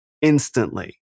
instantly